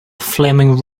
flaming